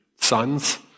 sons